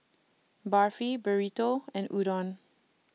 Barfi Burrito and Udon